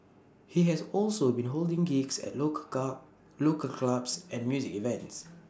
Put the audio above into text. he has also been holding gigs at local local clubs and music events